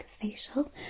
facial